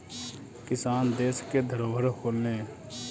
किसान देस के धरोहर होलें